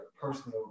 personally